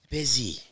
busy